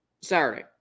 Saturday